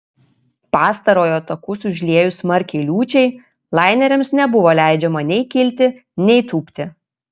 pastarojo takus užliejus smarkiai liūčiai laineriams nebuvo leidžiama nei kilti nei tūpti